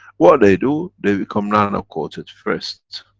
what they do, they become nano-coated first.